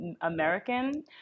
American